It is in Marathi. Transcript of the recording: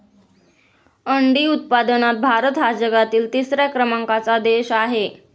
अंडी उत्पादनात भारत हा जगातील तिसऱ्या क्रमांकाचा देश आहे